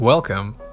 Welcome